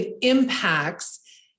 impacts